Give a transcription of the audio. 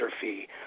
fee